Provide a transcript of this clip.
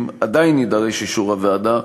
עדיין יידרש אישור הוועדה,